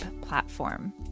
platform